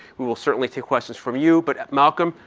we will certainly take questions from you. but malcolm,